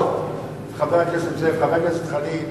חבר הכנסת זאב וחבר הכנסת חנין,